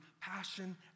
passion